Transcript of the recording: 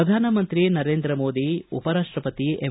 ಪ್ರಧಾನಮಂತ್ರಿ ನರೇಂದ್ರ ಮೋದಿ ಉಪರಾಷ್ಟಪತಿ ಎಂ